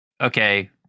Okay